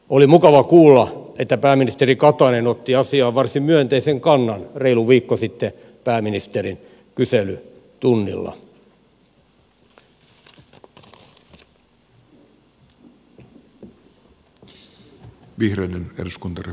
oli mukava kuulla että pääministeri katainen otti asiaan varsin myönteisen kannan reilu viikko sitten pääministerin kyselytunnilla